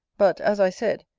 but, as i said,